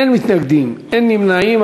אין מתנגדים, אין נמנעים.